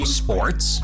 sports